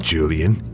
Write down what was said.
Julian